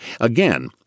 Again